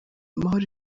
amahoro